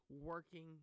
working